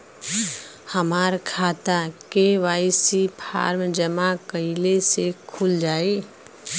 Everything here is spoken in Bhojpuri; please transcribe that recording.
हमार खाता के.वाइ.सी फार्म जमा कइले से खुल जाई?